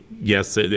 yes